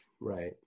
Right